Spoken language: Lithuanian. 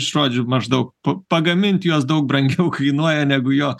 žodžiu maždaug pa pagaminti juos daug brangiau kainuoja negu jo